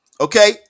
Okay